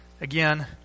Again